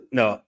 no